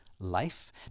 life